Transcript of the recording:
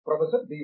professor B